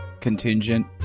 contingent